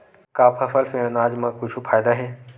का फसल से आनाज मा कुछु फ़ायदा हे?